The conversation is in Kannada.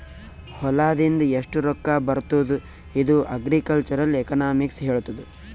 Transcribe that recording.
ಹೊಲಾದಿಂದ್ ಎಷ್ಟು ರೊಕ್ಕಾ ಬರ್ತುದ್ ಇದು ಅಗ್ರಿಕಲ್ಚರಲ್ ಎಕನಾಮಿಕ್ಸ್ ಹೆಳ್ತುದ್